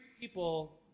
people